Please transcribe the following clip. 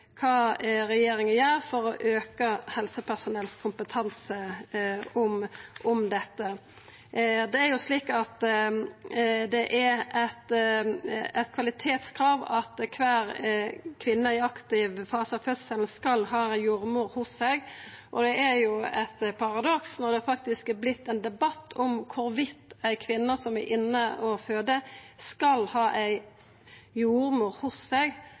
kva regjeringa gjer for å auka kompetansen hos helsepersonellom dette. Det er eit kvalitetskrav at kvar kvinne i aktiv fase av fødselen skal ha jordmor hos seg, og det er jo eit paradoks at det faktisk har vorte ein debatt om ei kvinne som er inne og føder, skal ha ei jordmor hos seg